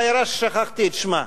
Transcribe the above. בעיירה ששכחתי את שמה.